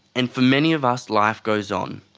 and for many of us life goes on.